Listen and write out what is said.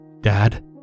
Dad